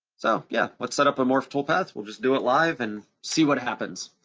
so yeah, let's set up a morph toolpath, we'll just do it live and see what happens.